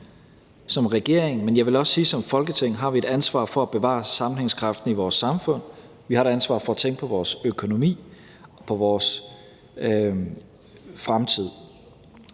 Som regering – og jeg vil også sige som Folketing – har vi et ansvar for at bevare sammenhængskraften i vores samfund, og vi har et ansvar for at tænke på vores økonomi og på vores fremtid.